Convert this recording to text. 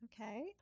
Okay